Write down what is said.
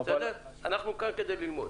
אנחנו כאן כדי ללמוד.